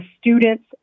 students